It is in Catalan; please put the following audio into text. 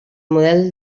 model